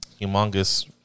humongous